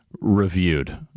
reviewed